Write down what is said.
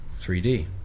3d